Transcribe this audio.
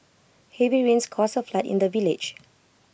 heavy rains caused A flood in the village